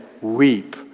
weep